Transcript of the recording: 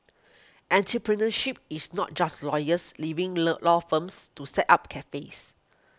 entrepreneurship is not just lawyers leaving law firms to set up cafes